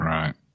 Right